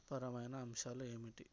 పరమైన అంశాలు ఏమిటి